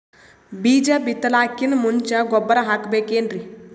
ಬೀಜ ಬಿತಲಾಕಿನ್ ಮುಂಚ ಗೊಬ್ಬರ ಹಾಕಬೇಕ್ ಏನ್ರೀ?